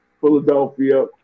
Philadelphia